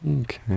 Okay